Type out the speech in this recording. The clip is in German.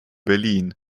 berlin